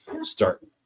start